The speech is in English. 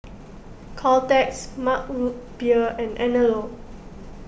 Caltex Mug Root Beer and Anello